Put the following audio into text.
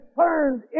turned